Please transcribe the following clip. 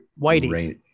whitey